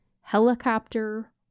helicopter